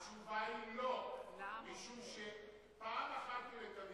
התשובה היא לא, משום שפעם אחת ולתמיד,